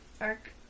arc